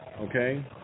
okay